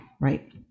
right